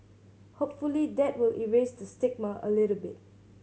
hopefully that will erase the stigma a little bit